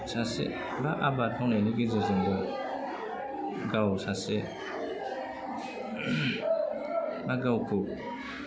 सासे बा आबाद मावनायनि गेजेरजोंबो गाव सासे बा गावखौ